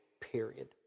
period